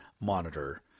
monitor